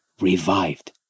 revived